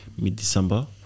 mid-December